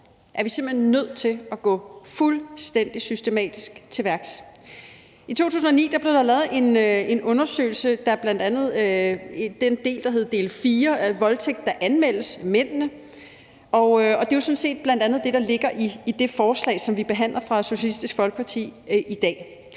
er vi simpelt hen nødt til at gå fuldstændig systematisk til værks. I 2009 blev der lavet en undersøgelse, der hedder »Voldtægt der anmeldes – Del IV: Mændene«, og det er jo sådan set bl.a. det, der ligger i det forslag fra Socialistisk Folkeparti, som